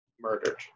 murdered